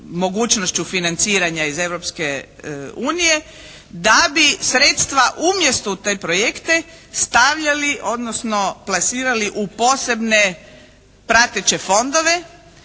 mogućnošću financiranja iz Europske unije da bi sredstva umjesto u te projekte stavljali, odnosno plasirali u posebne prateće fondove